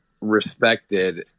respected